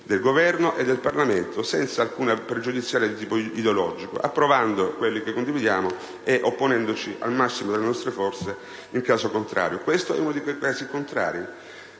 del Governo e del Parlamento senza pregiudizi di tipo ideologico, approvando quello che condividiamo e opponendoci con il massimo delle nostre forze in caso contrario. Questo è uno dei casi in cui